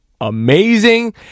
Amazing